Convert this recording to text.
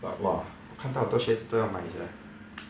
but !wah! 看到很多鞋子都要买 sia